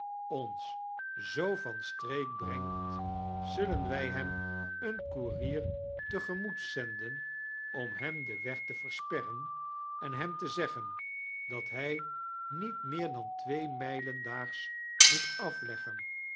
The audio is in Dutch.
ons zoo van streek brengt zullen wig hem een koerier te gemoet zenden om hem den weg te versperren en hem te zeggen dat hij niet meer dan twee mijlen daags moet afleggen